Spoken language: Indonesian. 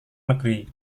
negeri